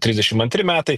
trisdešim antri metai